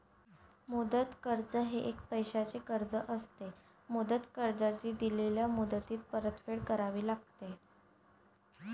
मुदत कर्ज हे एक पैशाचे कर्ज असते, मुदत कर्जाची दिलेल्या मुदतीत परतफेड करावी लागते